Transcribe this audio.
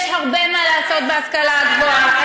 יש הרבה מה לעשות בהשכלה הגבוהה.